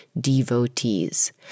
devotees